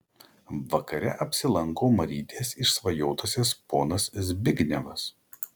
vakare apsilanko marytės išsvajotasis ponas zbignevas